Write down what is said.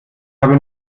habe